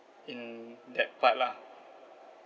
in that part lah